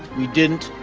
we didn't,